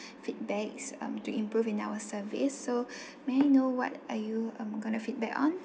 feedbacks um to improve in our service so may know what are you gonna feedback on